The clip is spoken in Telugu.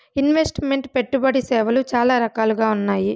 ఇన్వెస్ట్ మెంట్ పెట్టుబడి సేవలు చాలా రకాలుగా ఉన్నాయి